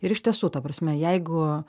ir iš tiesų ta prasme jeigu